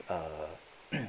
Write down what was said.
uh